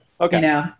Okay